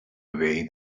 away